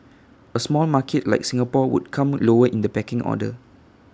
A small market like Singapore would come lower in the pecking order